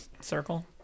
circle